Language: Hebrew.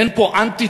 אין פה אנטי-ציונים,